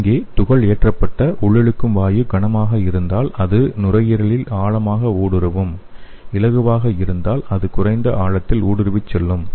இங்கே துகள் ஏற்றப்பட்ட உள்ளிழுக்கும் வாயு கனமாக இருந்தால் அது நுரையீரலில் ஆழமாக ஊடுருவும் இலகுவாக இருந்தால் அது குறைந்த ஆழத்தில் ஊடுருவிச் செல்லும்